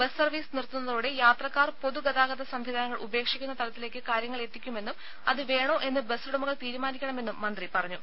bus service നിർത്തുന്നതോടെ യാത്രക്കാർ പൊതു ഗതാഗത സംവിധാനങ്ങൾ ഉപേക്ഷിക്കുന്ന തലത്തിലേക്ക് കാര്യങ്ങൾ എത്തിക്കുമെന്നും അത് വേണോ എന്ന് ബസ്സുടമകൾ തീരുമാനിക്കണമെന്നും മന്ത്രി പറഞ്ഞു